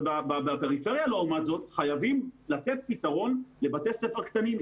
אבל בפריפריה לעומת זאת חייבים לתת פתרון לבתי ספר קטנים.